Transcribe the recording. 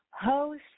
host